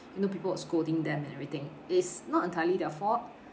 you know people were scolding them and everything it's not entirely their fault